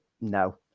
No